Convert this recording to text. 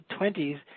20s